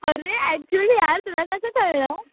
अरे ॲक्च्युली यार तुला कसं कळलं